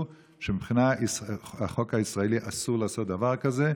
שמבחינת החוק הישראלי אסור לעשות דבר כזה.